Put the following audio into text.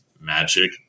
magic